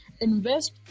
invest